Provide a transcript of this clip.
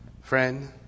Friend